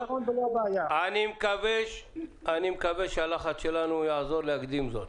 אני מקווה שהלחץ שלנו יעזור להקדים זאת.